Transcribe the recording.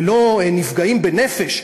ללא נפגעים בנפש,